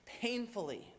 painfully